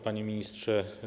Panie Ministrze!